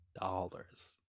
dollars